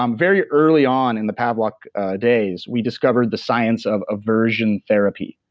um very early on in the pavlok days, we discovered the science of aversion therapy.